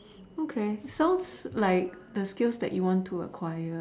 okay sounds like the skills that you want to acquire